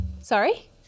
Sorry